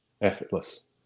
effortless